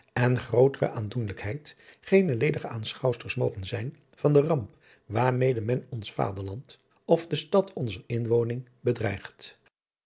en grootere aandoenelijkheid geene ledige aanschouwsters mogen zijn van de ramp waarmede men ons vaderland of de stad onzer inwoning bedreigt